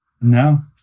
No